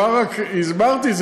אומר רק שהסברתי,